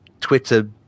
Twitter